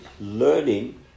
learning